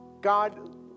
God